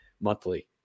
monthly